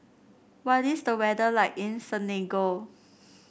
what is the weather like in Senegal